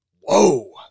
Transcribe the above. whoa